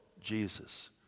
Jesus